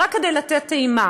אבל רק כדי לתת טעימה: